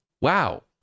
Wow